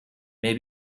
may